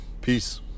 Peace